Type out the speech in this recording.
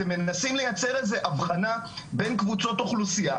אתם מנסים לייצר איזה אבחנה בין קבוצות אוכלוסייה.